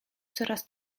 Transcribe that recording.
coraz